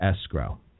escrow